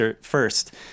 first